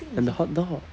and the hotdog